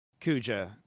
Kuja